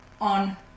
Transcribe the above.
on